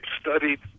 studied